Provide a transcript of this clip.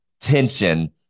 tension